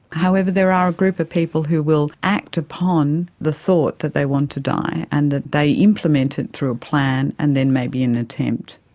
however, there are a group of people who will act upon the thought that they want to die and that they implement it through a plan and then maybe an attempt.